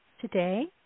today